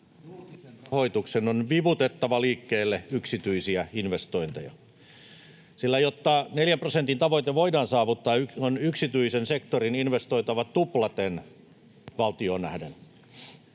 Julkisen rahoituksen on vivutettava liikkeelle yksityisiä investointeja, sillä jotta neljän prosentin tavoite voidaan saavuttaa, on yksityisen sektorin investoitava tuplaten valtioon nähden.